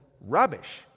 rubbish